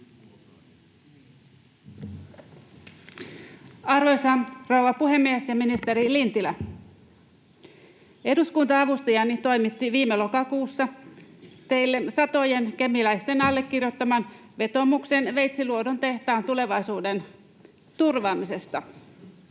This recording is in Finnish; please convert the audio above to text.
Arvoisa rouva puhemies! Ministeri Lintilä! Eduskunta-avustajani toimitti viime lokakuussa teille satojen kemiläisten allekirjoittaman vetoomuksen Veitsiluodon tehtaan tulevaisuuden turvaamisesta.